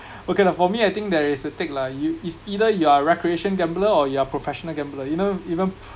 okay lah for me I think there is a take lah you it's either you are recreation gambler you are professional gambler you know you know